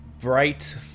bright